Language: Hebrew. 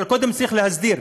אבל קודם צריך להסדיר,